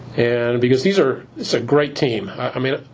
and and because these are it's a great team. i mean,